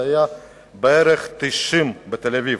בערך 20 בתל-אביב,